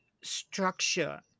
structure